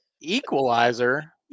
Equalizer